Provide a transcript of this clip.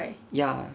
ya